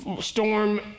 storm